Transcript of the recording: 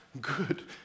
good